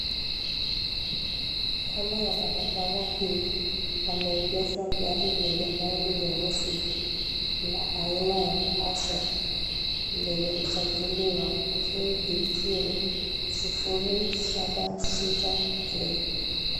Kando ya barabara hii, pameegeshwa gari lenye rangi nyeusi na aina ya Passo lenye usajili wa KDQ 076J.